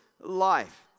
life